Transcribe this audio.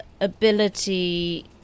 ability